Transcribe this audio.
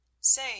Say